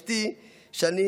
אשתי,